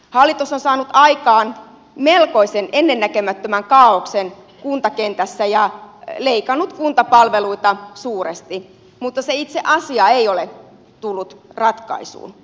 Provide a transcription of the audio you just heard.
hallitus on saanut aikaan melkoisen ennennäkemättömän kaaoksen kuntakentässä ja leikannut kuntapalveluita suuresti mutta se itse asia ei ole tullut ratkaisuun